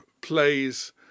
plays